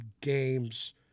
games